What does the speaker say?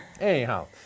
anyhow